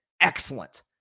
excellent